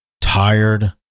tired